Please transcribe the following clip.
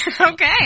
Okay